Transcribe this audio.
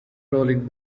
rolling